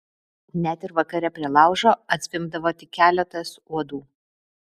net ir vakare prie laužo atzvimbdavo tik keletas uodų